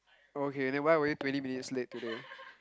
okay then why were you twenty minutes late today